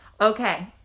Okay